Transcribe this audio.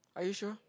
are you sure